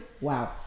Wow